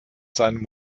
seinem